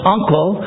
Uncle